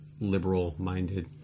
liberal-minded